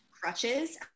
crutches